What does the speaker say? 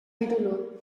titulu